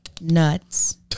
nuts